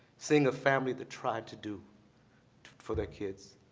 seeing a family that tried to do for their kids,